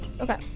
Okay